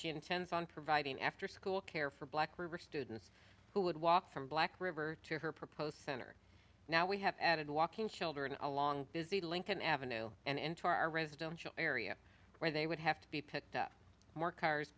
she intends on providing after school care for black river students who would walk from black river to her proposed center now we have added walking children along busy lincoln avenue and into our residential area where they would have to be picked up more cars